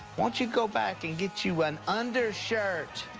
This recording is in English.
why don't you go back and get you an undershirt?